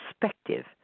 perspective